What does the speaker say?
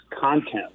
content